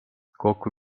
kokku